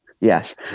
Yes